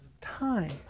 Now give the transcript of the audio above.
time